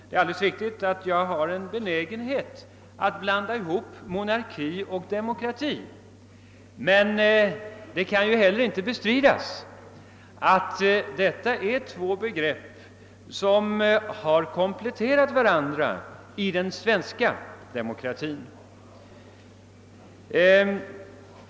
Det är alldeles riktigt att jag har en benägenhet att blanda ihop monarki och demokrati. Men det kan ju inte heller bestridas, att detta är två begrepp som har kompletterat varandra i den svenska demokratin.